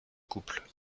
couple